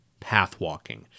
pathwalking